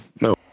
No